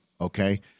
okay